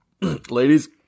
Ladies